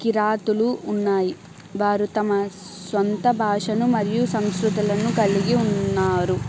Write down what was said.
కిరాతులు ఉన్నాయి వారు తమ సొంత భాషను మరియు సంస్కృతులను కలిగి ఉన్నారు